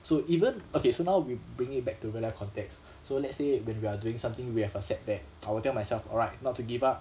so even okay so now we bring it back to real-life context so let's say when we are doing something we have a setback I will tell myself alright not to give up